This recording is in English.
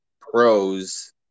pros